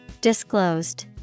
Disclosed